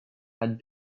had